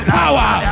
power